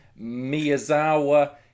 Miyazawa